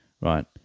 right